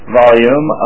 volume